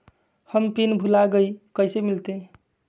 हम पिन भूला गई, कैसे मिलते?